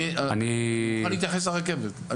אני אתייחס לרכבת.